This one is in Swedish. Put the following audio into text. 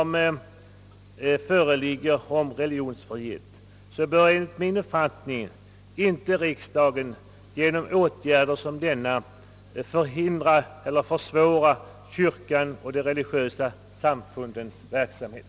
Med det beslut om religionsfrihet som föreligger bör enligt min uppfattning riksdagen inte genom åtgärder som denna förhindra eller försvåra kyrkans och de religiösa samfundens verksamhet.